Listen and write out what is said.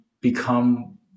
become